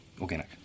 organic